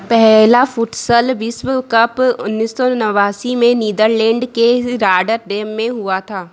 पहला फुटसल विश्व कप उन्नीस सौ नवासी में नीदरलेन्ड के राडरडेम में हुआ था